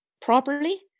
properly